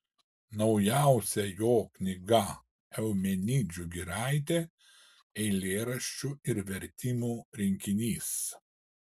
naujausia jo knyga eumenidžių giraitė eilėraščių ir vertimų rinkinys